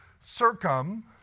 Circum